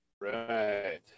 Right